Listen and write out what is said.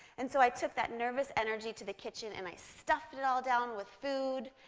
and so i took that nervous energy to the kitchen and i stuffed it all down with food,